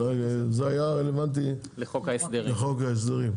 כן, זה היה רלוונטי לחוק ההסדרים.